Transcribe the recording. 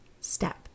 step